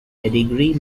pedigree